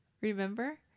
remember